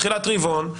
תחילת רבעון.